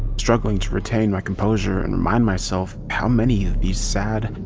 struggling to retain my composure and remind myself how many of these sad,